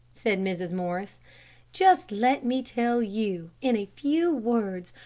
said mrs. morris just let me tell you, in a few words,